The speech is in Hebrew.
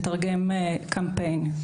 לתרגם קמפיין.